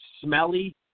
smelly